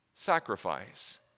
sacrifice